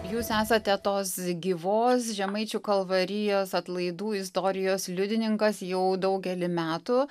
jūs esate tos gyvos žemaičių kalvarijos atlaidų istorijos liudininkas jau daugelį metų